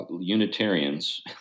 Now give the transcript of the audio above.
Unitarians